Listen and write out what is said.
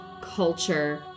culture